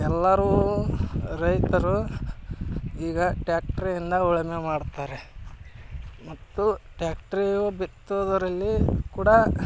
ಎಲ್ಲರೂ ರೈತರು ಈಗ ಟ್ಯಾಕ್ಟ್ರಿಂದ ಉಳುಮೆ ಮಾಡ್ತಾರೆ ಮತ್ತು ಟ್ಯಾಕ್ಟ್ರು ಬಿತ್ತುದರಲ್ಲಿ ಕೂಡ